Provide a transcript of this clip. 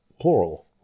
plural